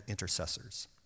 intercessors